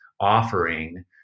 offering